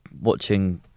watching